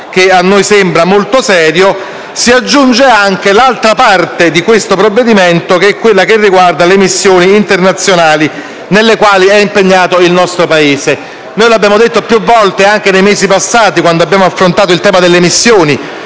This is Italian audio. che a noi sembra molto serio. A ciò si aggiunge l'altra parte di questo provvedimento, che riguarda le missioni internazionali nelle quali è impegnato il nostro Paese. Abbiamo detto più volte nei mesi passati, quando abbiamo affrontato il tema delle missioni,